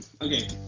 okay